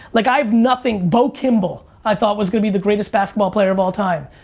like i have nothing, bo kimble i thought was gonna be the greatest basketball player of all time.